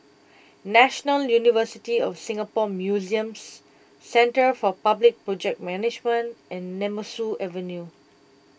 National University of Singapore Museums Centre for Public Project Management and Nemesu Avenue